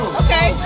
okay